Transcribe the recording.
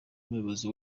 umuyobozi